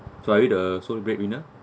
so are you the sole breadwinner